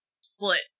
split